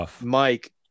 Mike